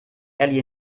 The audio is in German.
elli